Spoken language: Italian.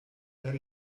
per